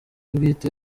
bwite